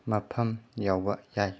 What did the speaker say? ꯃꯐꯝ ꯌꯧꯕ ꯌꯥꯏ